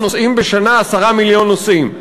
נוסעים בשנה 10 מיליון נוסעים.